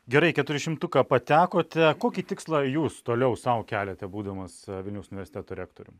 gerai į keturišimtuką patekote kokį tikslą jūs toliau sau keliate būdamas vilniaus universiteto rektorium